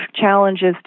challenges